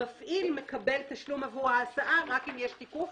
המפעיל מקבל תשלום עבור ההסעה רק אם יש תיקוף.